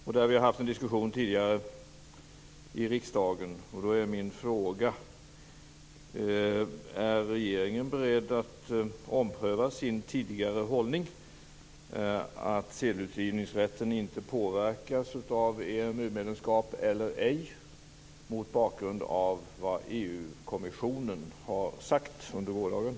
Den har vi diskuterat tidigare i riksdagen. Min fråga är om regeringen mot bakgrund av vad EU-kommissionen sade under gårdagen är beredd att ompröva sin tidigare hållning att sedelutgivningsrätten inte påverkas av EMU